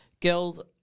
girls